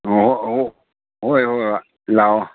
ꯍꯣꯏ ꯍꯣꯏ ꯂꯥꯛꯑꯣ